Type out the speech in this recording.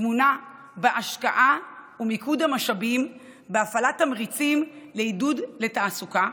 טמונה בהשקעה ובמיקוד המשאבים בהפעלת תמריצים לעידוד תעסוקה,